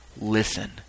listen